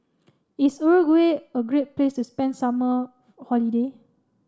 is Uruguay a great place to spend summer holiday